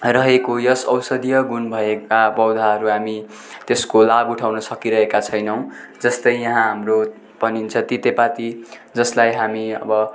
रहेको यस औषधीय गुण भएका पौधाहरू हामी त्यसको लाभ उठाउन सकिरहेका छैनौँ जस्तै यहाँ हाम्रो भनिन्छ तितेपाती जसलाई हामी अब